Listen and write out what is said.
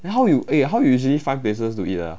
how you eh how you usually find places to eat ah